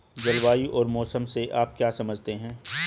जलवायु और मौसम से आप क्या समझते हैं?